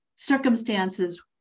circumstances